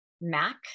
MAC